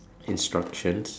instructions